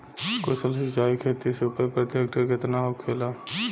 कुशल सिंचाई खेती से उपज प्रति हेक्टेयर केतना होखेला?